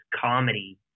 comedy